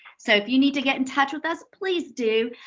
so if you need to get in touch with us, please do.